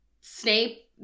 Snape